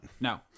No